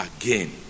again